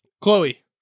Chloe